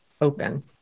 open